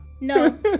no